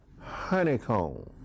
honeycomb